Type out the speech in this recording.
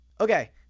okay